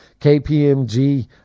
KPMG